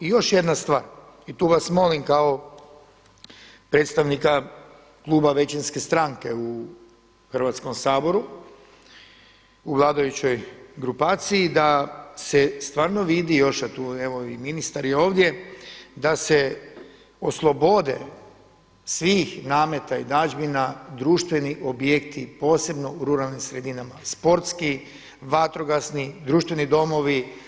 I još jedna stvar i tu vas molim kao predstavnika kluba većinske stranke u Hrvatskom saboru, u vladajućoj grupaciji da se stvarno vidi još a tu evo i ministar je ovdje da se oslobode svih nameta i … društveni objekti posebno u ruralnim sredinama, sportski, vatrogasni, društveni domovi.